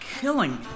killing